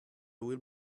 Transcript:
will